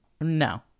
No